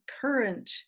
current